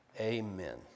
amen